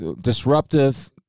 disruptive